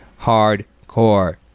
hardcore